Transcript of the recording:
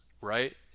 right